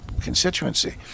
constituency